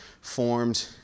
formed